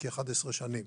כ-11 שנים,